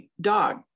dog